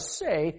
say